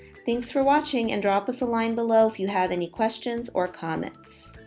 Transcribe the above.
thanks for watching and drop us a line below if you have any questions or comments.